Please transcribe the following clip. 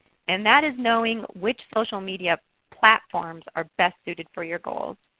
and that is knowing which social media platforms are best suited for your goals.